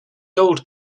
gold